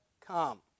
come